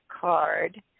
card